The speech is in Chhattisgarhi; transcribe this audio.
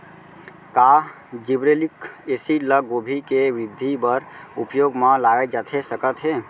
का जिब्रेल्लिक एसिड ल गोभी के वृद्धि बर उपयोग म लाये जाथे सकत हे?